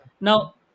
Now